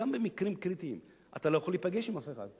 גם במקרים קריטיים אתה לא יכול להיפגש עם אף אחד,